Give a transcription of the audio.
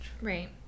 Right